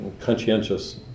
conscientious